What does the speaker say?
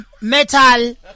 metal